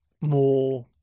more